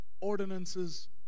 ordinances